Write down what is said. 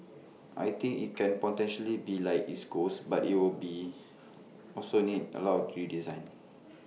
I think IT can potentially be like East Coast but IT will be also need A lot of redesign